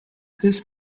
this